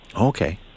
Okay